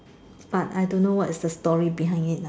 but I don't know what is the story behind it lah